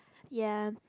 ya